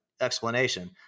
explanation